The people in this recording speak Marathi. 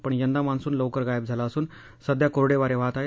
पणयंदा मान्सून लवकर गायब झाला असून सध्या कोरडे वारे वाहात आहेत